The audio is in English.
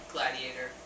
Gladiator